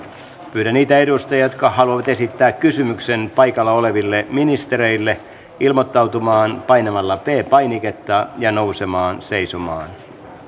pyydän niitä edustajia jotka haluavat esittää kysymyksen paikalla oleville ministereille ilmoittautumaan painamalla p painiketta ja nousemalla seisomaan